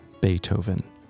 Beethoven